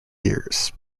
years